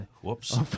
Whoops